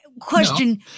Question